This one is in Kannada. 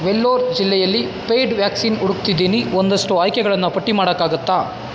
ವೆಲ್ಲೋರ್ ಜಿಲ್ಲೆಯಲ್ಲಿ ಪೇಯ್ಡ್ ವ್ಯಾಕ್ಸಿನ್ ಹುಡ್ಕ್ತಿದೀನಿ ಒಂದಷ್ಟು ಆಯ್ಕೆಗಳನ್ನು ಪಟ್ಟಿ ಮಾಡೋಕ್ಕಾಗತ್ತಾ